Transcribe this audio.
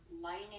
lining